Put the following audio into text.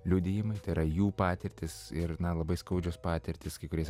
liudijimai tai yra jų patirtys ir na labai skaudžios patirtys kai kuriais